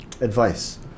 advice